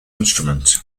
instrument